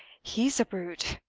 he's a brute!